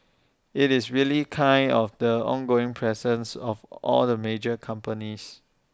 IT is really kind of the ongoing presence of all the major companies